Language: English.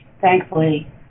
thankfully